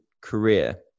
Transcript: career